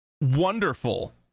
Wonderful